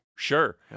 Sure